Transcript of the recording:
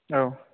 औ